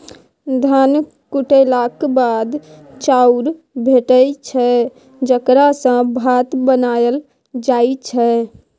धान कुटेलाक बाद चाउर भेटै छै जकरा सँ भात बनाएल जाइ छै